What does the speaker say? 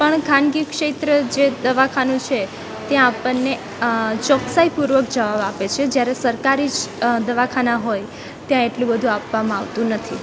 પણ ખાનગી ક્ષેત્ર જે દવાખાનું છે ત્યાં આપનને ચોક્સાઈ પૂર્વક જવાબ આપે છે જ્યારે સરકારી દવાખાના હોય ત્યાં એટલું બધું આપવામાં આવતું નથી